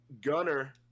Gunner